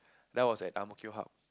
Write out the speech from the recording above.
that's was at ang-mo-kio hub